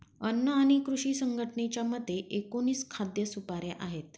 अन्न आणि कृषी संघटनेच्या मते, एकोणीस खाद्य सुपाऱ्या आहेत